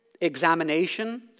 examination